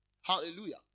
Hallelujah